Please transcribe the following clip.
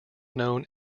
known